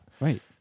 Right